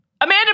Amanda